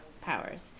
powers